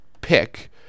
pick